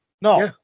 no